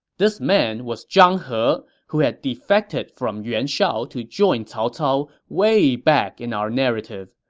this man was zhang he, who had defected from yuan shao to join cao cao way back in our narrative.